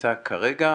נמצא כרגע,